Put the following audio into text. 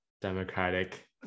democratic